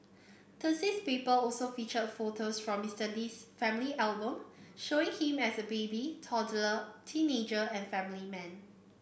Thursday's paper also featured photos from Mister Lee's family album showing him as a baby toddler teenager and family man